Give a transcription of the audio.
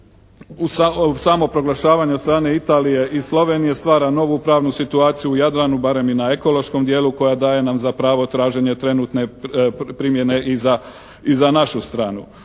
samo proglašavanje od strane Italije i Slovenije stvara novu pravnu situaciju u Jadranu, barem i na ekološkom dijelu koja daje nam za pravo traženje trenutne primjene i za našu stranu.